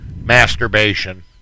masturbation